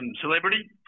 celebrity